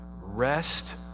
rest